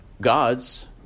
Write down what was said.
God's